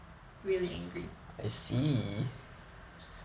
really angry